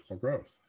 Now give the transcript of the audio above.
growth